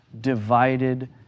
divided